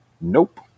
nope